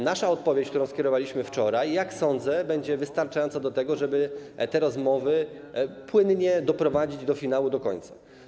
Nasza odpowiedź, którą skierowaliśmy wczoraj, jak sądzę, będzie wystarczająca na tyle, żeby te rozmowy płynnie doprowadzić do finału, do końca.